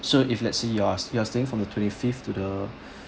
so if let's say you are you are staying from the twenty-fifth to the